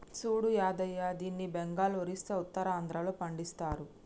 సూడు యాదయ్య దీన్ని బెంగాల్, ఒరిస్సా, ఉత్తరాంధ్రలో పండిస్తరు